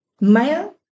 Male